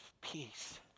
Peace